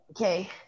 Okay